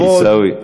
עיסאווי.